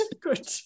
good